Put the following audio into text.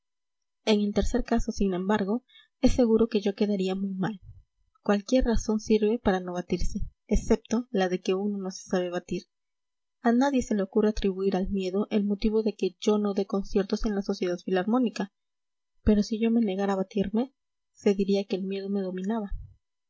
en el tercer caso sin embargo es seguro que yo quedaría muy mal cualquier razón sirve para no batirse excepto la de que uno no se sabe batir a nadie se le ocurre atribuir al miedo el motivo de que yo no dé conciertos en la sociedad filarmónica pero si yo me negara a batirme se diría que el miedo me dominaba